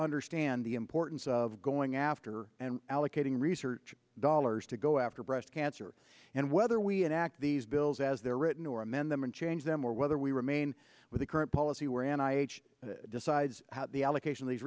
understand the importance of going after and allocating research dollars to go after breast cancer and whether we enact these bills as they're written or amend them and change them or whether we remain with the current policy where an eye decides the allocation of these